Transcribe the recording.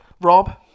Rob